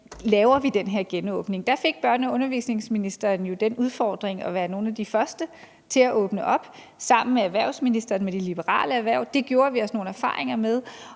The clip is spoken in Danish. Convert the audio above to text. laver den her genåbning. Der fik børne- og undervisningsministeren jo den udfordring at være en af de første til at åbne op sammen med erhvervsministeren med de liberale erhverv. Det gjorde vi os nogle erfaringer med.